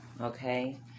okay